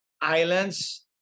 islands